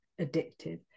addictive